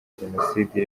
jenoside